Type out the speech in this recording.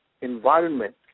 environment